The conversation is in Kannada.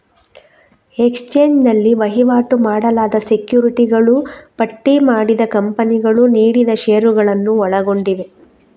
ಎಕ್ಸ್ಚೇಂಜ್ ನಲ್ಲಿ ವಹಿವಾಟು ಮಾಡಲಾದ ಸೆಕ್ಯುರಿಟಿಗಳು ಪಟ್ಟಿ ಮಾಡಿದ ಕಂಪನಿಗಳು ನೀಡಿದ ಷೇರುಗಳನ್ನು ಒಳಗೊಂಡಿವೆ